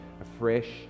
afresh